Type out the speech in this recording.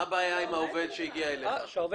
מה הבעיה עם העובד שהגיע אליך?